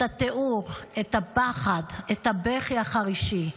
את התיאור, את הפחד, את הבכי החרישי,